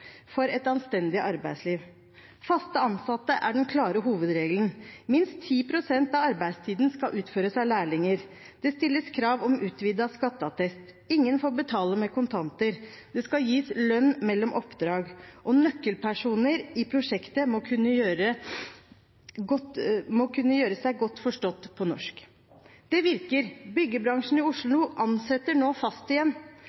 for et anstendig arbeidsliv. Faste ansatte er den klare hovedregelen. Minst 10 pst. av arbeidstiden skal utføres av lærlinger, det stilles krav om utvidet skatteattest, ingen får betale med kontanter, det skal gis lønn mellom oppdrag, og nøkkelpersoner i prosjektet må kunne gjøre seg godt forstått på norsk. Det virker. Byggebransjen i Oslo ansetter nå fast igjen.